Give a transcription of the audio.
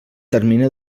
termini